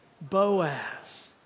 Boaz